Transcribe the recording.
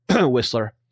Whistler